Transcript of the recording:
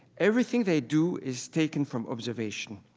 everything they do is taken from observation.